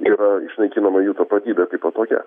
yra naikinama jų tapatybė kaipo tokia